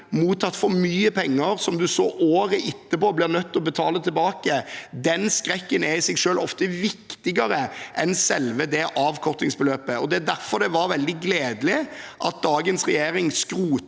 mottatt for mye penger som man så året etterpå blir nødt til å betale tilbake, i seg selv ofte viktigere enn selve avkortingsbeløpet. Derfor var det veldig gledelig at dagens regjering skrotet